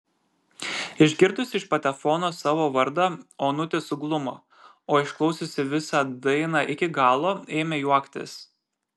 išgirdusi iš patefono savo vardą onutė suglumo o išklausiusi visą dainą iki galo ėmė juoktis